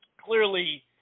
clearly